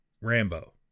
Rambo